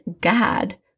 God